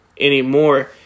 anymore